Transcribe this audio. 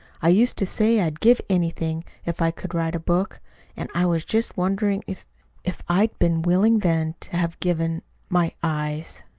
i used to say i'd give anything if i could write a book and i was just wondering if if i'd been willing then to have given my eyes!